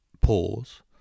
pause